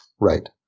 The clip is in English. right